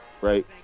right